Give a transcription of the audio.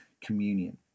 communion